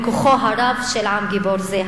בכוחו הרב של עם גיבור זה,